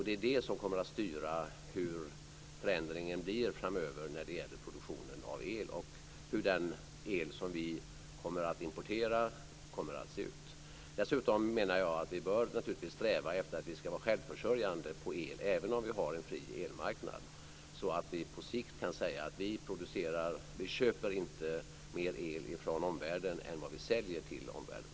Det är det som kommer att styra hur förändringen blir framöver när det gäller produktionen av el och vilken typ av el som vi kommer att importera. Dessutom menar jag att vi naturligtvis bör sträva efter att vara självförsörjande på el även om vi har en fri elmarknad, så att vi på sikt kan säga att vi inte köper mer el från omvärlden än vad vi säljer till omvärlden.